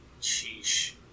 Sheesh